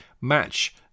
match